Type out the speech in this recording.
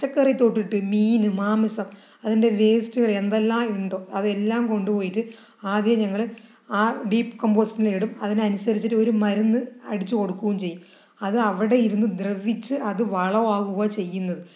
പച്ചക്കറി തൊട്ടിട്ട് മീന് മാംസം അതിന്റെ വേസ്റ്റ് വരെ എന്തെല്ലാം ഉണ്ടോ അതെല്ലാം കൊണ്ടുപോയിട്ട് ആദ്യം ഞങ്ങൾ ആ ഡീപ്പ് കമ്പോസ്റ്റിൽ ഇടും അതിനനുസരിച്ച് ഇട്ട് ഒരു മരുന്ന് അടിച്ച് കൊടുക്കുകയും ചെയ്യും അത് അവിടെ ഇരുന്ന് ദ്രവിച്ച് അത് വളം ആകുകയാണ് ചെയ്യുന്നത്